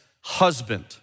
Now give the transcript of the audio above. husband